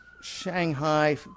Shanghai